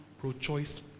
pro-choice